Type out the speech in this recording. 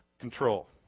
control